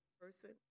person